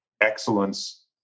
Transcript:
excellence